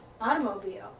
automobile